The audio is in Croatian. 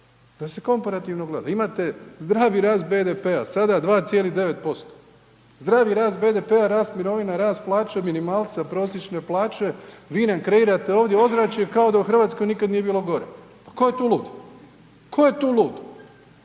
da se komparativno gleda, imate zdravi rast BDP-a, sada 2,9%, zdravi rast BDP-a, rast mirovina, rast plaća, minimalca prosječne plaće, vi nam kreirate ovdje ozračje kao da u RH nikad nije bilo gore, pa tko je tu lud, tko je tu lud?